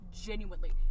genuinely